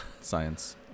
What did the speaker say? Science